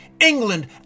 England